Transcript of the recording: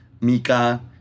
Mika